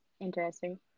Interesting